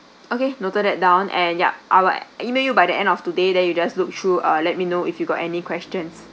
okay noted that down and yup I'll email you by the end of today that you just look through uh let me know if you got any questions